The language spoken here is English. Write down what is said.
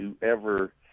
whoever